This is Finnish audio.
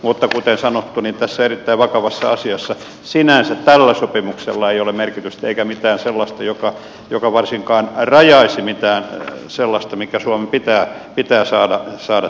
mutta kuten sanottu tässä erittäin vakavassa asiassa sinänsä tällä sopimuksella ei ole merkitystä eikä mitään sellaista joka varsinkaan rajaisi mitään sellaista mikä suomen pitää saada tietää